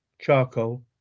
charcoal